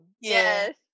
Yes